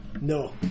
No